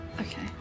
Okay